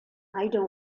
don’t